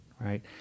right